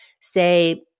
say